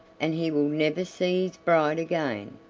and he will never see his bride again.